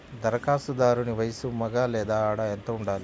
ధరఖాస్తుదారుని వయస్సు మగ లేదా ఆడ ఎంత ఉండాలి?